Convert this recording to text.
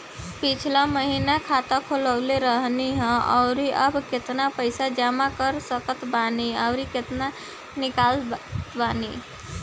पिछला महीना खाता खोलवैले रहनी ह और अब केतना पैसा जमा कर सकत बानी आउर केतना इ कॉलसकत बानी?